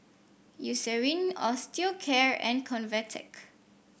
Eucerin Osteocare and Convatec